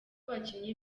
abakinnyi